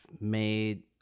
made